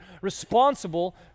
responsible